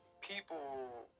people